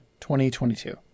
2022